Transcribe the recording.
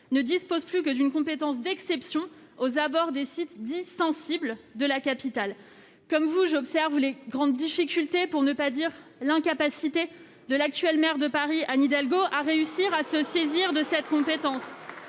ne dispose plus que d'une compétence d'exception aux abords des sites dits sensibles de la capitale. Comme vous, j'observe les grandes difficultés- pour ne pas dire son incapacité -de l'actuelle maire de Paris, Anne Hidalgo, à réussir à se saisir de cette compétence.